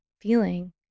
feeling